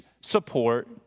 support